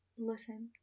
listen